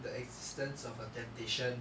the existence of a temptation